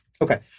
Okay